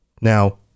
Now